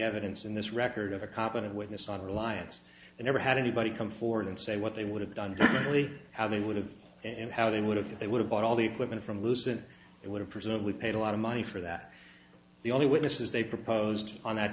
evidence in this record of a competent witness on reliance and never had anybody come forward and say what they would have done differently how they would have and how they would have thought they would have bought all the equipment from lucent it would have presumably paid a lot of money for that the only witnesses they proposed on that